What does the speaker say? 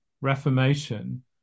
reformation